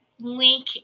link